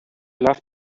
love